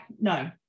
no